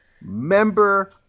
member